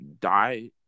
die